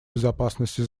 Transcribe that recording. безопасности